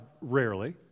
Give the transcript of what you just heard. rarely